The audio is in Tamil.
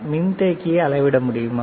மின்தேக்கியை அளவிட முடியுமா